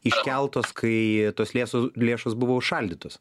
iškeltos kai tos lėsos lėšos buvo užšaldytos